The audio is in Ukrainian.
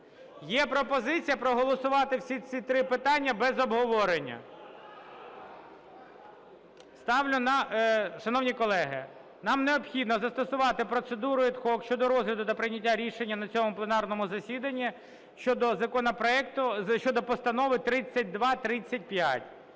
Є пропозиція проголосувати всі ці три питання без обговорення. Шановні колеги, нам необхідно застосувати процедуру ad hoc щодо розгляду та прийняття рішення на цьому пленарному засіданні щодо постанови 3235